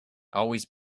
always